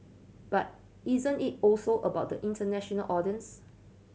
but isn't it also about the international audience